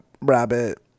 Rabbit